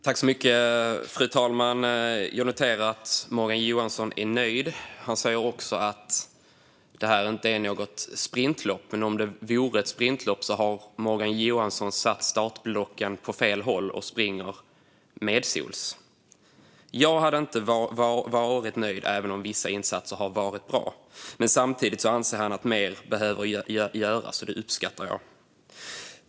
Fru talman! Jag noterar att Morgan Johansson är nöjd. Han säger också att det här inte är något sprintlopp. Om det var ett sprintlopp har Morgan Johansson satt startblocken åt fel håll och springer medsols. Jag hade inte varit nöjd, även om vissa insatser har varit bra. Samtidigt anser han att mer behöver göras, och det uppskattar jag.